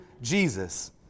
Jesus